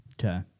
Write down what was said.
Okay